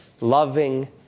loving